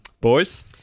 Boys